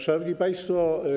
Szanowni Państwo!